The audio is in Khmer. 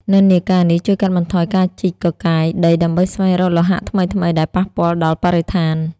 និន្នាការនេះជួយកាត់បន្ថយការជីកកកាយដីដើម្បីស្វែងរកលោហៈថ្មីៗ ដែលប៉ះពាល់ដល់បរិស្ថាន។